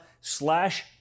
slash